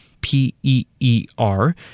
P-E-E-R